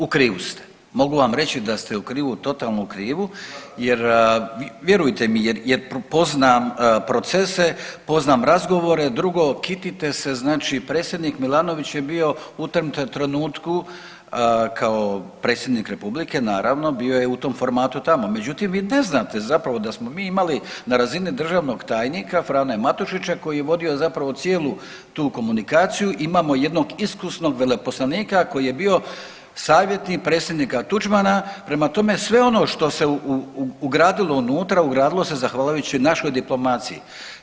U krivu ste, mogu vam reći da ste u krivu, totalno u krivu jer vjerujte mi, jer poznam procese, poznam razgovore, drugo kitite se znači predsjednik Milanović je bio u tom trenutku kao predsjednik republike bio je u tom formatu tamo, međutim vi ne znate zapravo da smo mi imali na razini državnog tajnika Frane Matušića koji je vodio zapravo cijelu tu komunikaciju, imamo jednog iskusnog veleposlanika koji je bio savjetnik predsjednika Tuđmana, prema tome sve ono što se ugradilo unutra, ugradilo se zahvaljujući našoj diplomaciji.